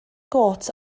got